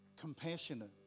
compassionate